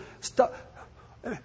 Stop